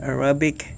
Arabic